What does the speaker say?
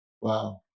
Wow